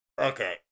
okay